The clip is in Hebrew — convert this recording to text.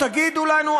תגידו לנו,